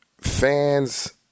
fans